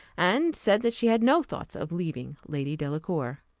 and said that she had no thoughts of leaving lady delacour.